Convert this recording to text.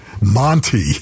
Monty